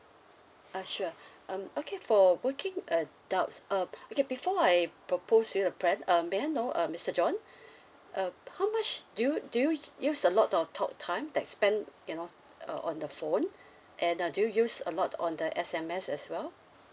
ah sure um okay for working adults uh okay before I propose you the plan um may I know uh mister john uh how much do you do you use a lot of talk time that spend you know uh on the phone and uh do you use a lot on the S_M_S as well